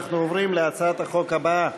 אנחנו עוברים להצעת החוק הבאה: